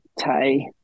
Thai